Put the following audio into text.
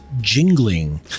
jingling